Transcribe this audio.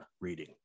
reading